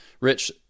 rich